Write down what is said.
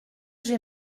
j’ai